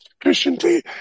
efficiently